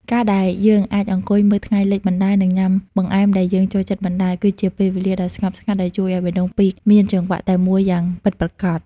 ការដែលយើងអាចអង្គុយមើលថ្ងៃលិចបណ្ដើរ និងញ៉ាំបង្អែមដែលយើងចូលចិត្តបណ្ដើរ គឺជាពេលវេលាដ៏ស្ងប់ស្ងាត់ដែលជួយឱ្យបេះដូងពីរមានចង្វាក់តែមួយយ៉ាងពិតប្រាកដ។